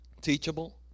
Teachable